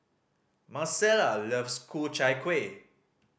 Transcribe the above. Marcella loves Ku Chai Kuih